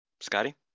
Scotty